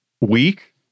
weak